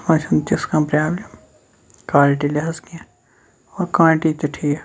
اتھ مَنٛز چھَنہٕ تٕژھ کانٛہہ پرابلِم کالٹی لِحاظ کینٛہہ اور کالٹی تہِ ٹھیٖک